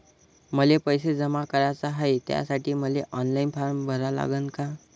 मले पैसे जमा कराच हाय, त्यासाठी मले ऑनलाईन फारम भरा लागन का?